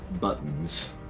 buttons